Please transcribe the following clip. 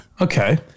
Okay